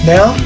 Now